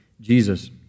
Jesus